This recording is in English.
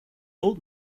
old